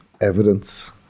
evidence